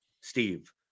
Steve